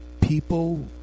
People